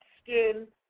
skin